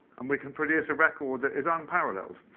and we can produce a record that is unparalleled.